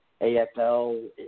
AFL